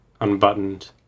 unbuttoned